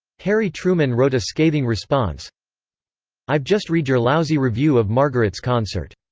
harry truman wrote a scathing response i've just read your lousy review of margaret's concert.